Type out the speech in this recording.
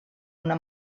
una